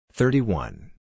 Thirty-one